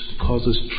causes